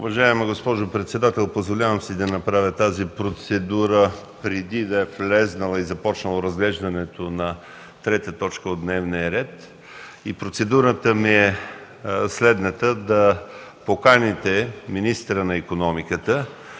Уважаема госпожо председател, позволявам си да направя тази процедура, преди да е започнало разглеждането на трета точка от дневния ред. Процедурата ми е да поканите министъра на икономиката,